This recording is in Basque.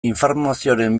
informazioren